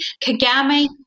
Kagame